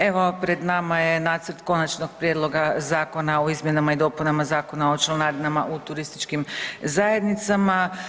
Evo pred nama je nacrt Konačnog prijedlog Zakona o izmjenama i dopunama Zakona o članarinama u turističkim zajednicama.